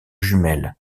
jumelle